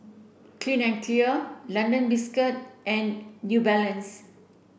Clean and Clear London Biscuits and New Balance